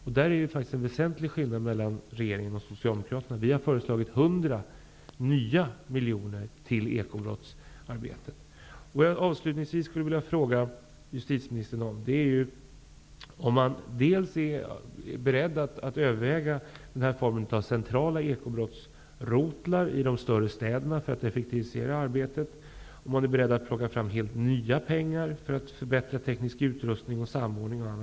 Därvidlag är det en väsentlig skillnad mellan regeringen och Socialdemokraterna. Vi har föreslagit 100 nya miljoner till arbetet med ekobrott. Avslutningsvis skulle jag vilja fråga justitieministern om huruvida man är beredd att överväga den här formen av centrala ekobrottsrotlar i de större städerna för att effektivisera arbetet och om man är beredd att plocka fram nya pengar för att förbättra teknisk utrustning, samordning m.m.